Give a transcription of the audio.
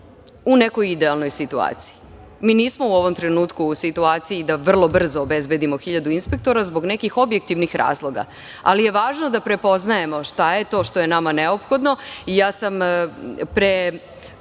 u nekoj idealnoj situaciji. Mi nismo u ovom trenutku u situaciji da vrlo brzo obezbedimo hiljadu inspektora zbog nekih objektivnih razloga, ali je važno da prepoznajemo šta je to što je nama neophodno. Pre